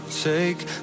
take